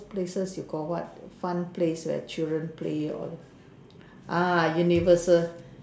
places you got what fun place where children play or ah universal